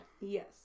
Yes